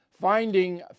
Finding